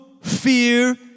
fear